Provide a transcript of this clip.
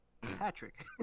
Patrick